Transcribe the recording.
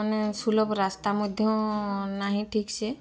ମାନେ ସୁଲଭ ରାସ୍ତା ମଧ୍ୟ ନାହିଁ ଠିକ୍ ସେ